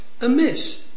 amiss